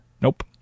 Nope